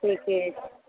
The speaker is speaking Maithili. ठीके छै